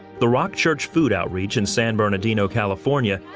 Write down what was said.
the rock church food outreach in san bernardino, california,